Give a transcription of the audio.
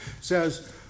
says